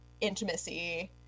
intimacy